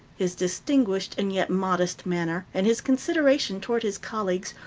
his distinguished and yet modest manner, and his consideration towards his colleagues,